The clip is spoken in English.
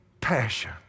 passion